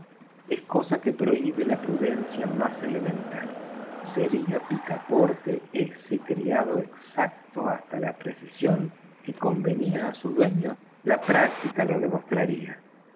es cosa que prohibe la prudencia elemental sería picaporte ese criado exacto hasta la precisión que convenía a su dueño la práctica lo demostraría